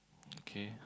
okay